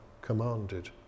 commanded